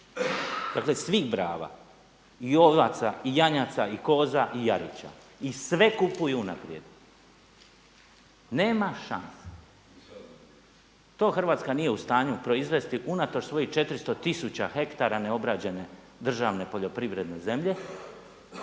se ne razumije./… i ovaca i janjaca i koza i jarića i sve kupuju unaprijed. Nema šanse. To Hrvatska nije u stanju proizvesti unatoč svojih 400 tisuća hektara neobrađene državne poljoprivredne zemlje,